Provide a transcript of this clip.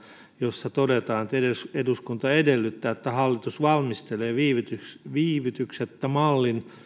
jossa todetaan että eduskunta edellyttää että hallitus valmistelee viivytyksettä viivytyksettä mallin